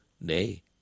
Nay